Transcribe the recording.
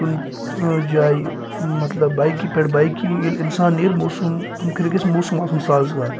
کُنہِ جایہِ مَطلَب بایکہِ پٮ۪ٹھ بایکہِ ییٚلہِ اِنسان نیرِ موسُم اَمہِ خٲطرٕ گَژھِ موسُم آسُن سازگار